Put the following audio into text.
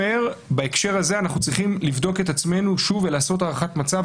ובהקשר הזה אנחנו צריכים לבדוק את עצמנו שוב ולעשות הערכת מצב.